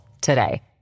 today